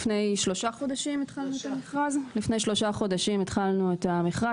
לפני שלושה חודשים התחלנו את המכרז,